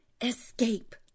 Escape